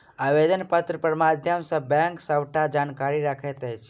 आवेदन पत्र के माध्यम सॅ बैंक सबटा जानकारी रखैत अछि